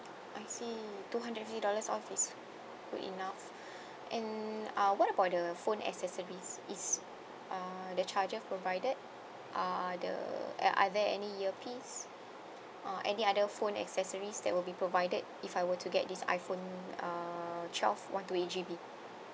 I see two hundred and fifty dollars off is good enough and uh what about the phone accessories is uh the charger provided are the uh are there any earpiece uh any other phone accessories that will be provided if I were to get this iphone uh twelve one two eight G_B